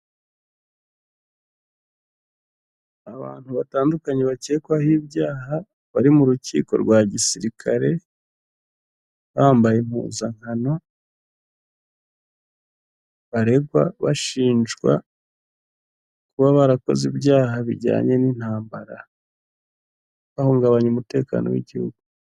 Abantu batandukanye bakekwaho ibyaha bari mu rukiko rwa gisirikare, bambaye impuzankano, baregwa bashinjwa kuba barakoze ibyaha bijyanye n'intambara bahungabanya umutekano w'igihugu.